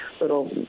little